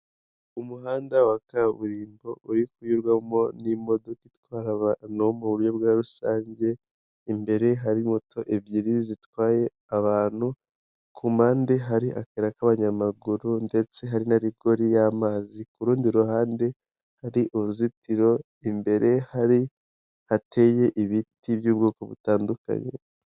Umuhanda wa kaburimbo, uri kunyurwamo n'imodoka itwara abantu mu buryo bwa rusange, imbere hari moto ebyiri zitwaye abantu, ku mpande hari akayira k'abanyamaguru, ndetse hari na rigori y'amazi, ku rundi ruhande hari uruzitiro imbere hari hateye ibiti by'ubwoko butandukanye.